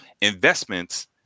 Investments